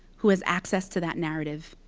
who has access to that narrative.